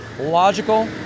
logical